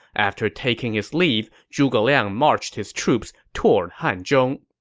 after taking his leave, zhuge liang marched his troops toward hanzhong